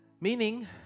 meaning